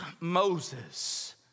Moses